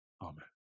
amen